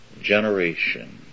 generation